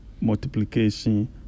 multiplication